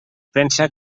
pensa